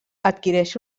adquireix